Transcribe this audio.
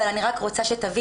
אבל אני רק רוצה שתבינו